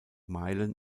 meilen